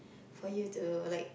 for you to like